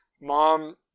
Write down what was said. mom